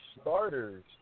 starters